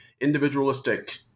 individualistic